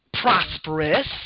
prosperous